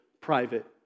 private